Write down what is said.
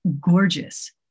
gorgeous